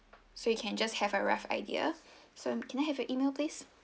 so you can just have a rough idea so can I have your email please